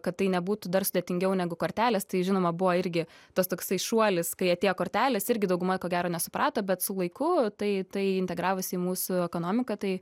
kad tai nebūtų dar sudėtingiau negu kortelės tai žinoma buvo irgi tas toksai šuolis kai atėjo kortelės irgi dauguma ko gero nesuprato bet su laiku tai tai integravosi į mūsų ekonomiką tai